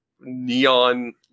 neon